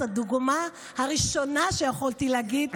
הדוגמה הראשונה שיכולתי לתת,